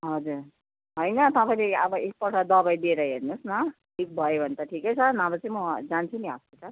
हजुर होइन तपाईँले अब एकपल्ट दबाई दिएर हेर्नुहोस् न ठिक भयो भने त ठिकै छ नभए चाहिँ म जान्छु नि हस्पिटल